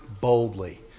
boldly